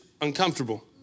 uncomfortable